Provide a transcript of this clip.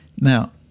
Now